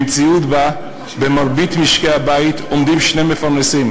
במציאות שבה במרבית משקי-הבית יש שני מפרנסים,